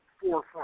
forefront